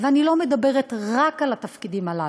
ואני לא מדברת רק על התפקידים הללו.